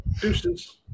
Deuces